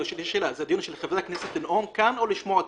זה דיון שמאפשר לחברי הכנסת לנאום כאן או לשמוע אותנו?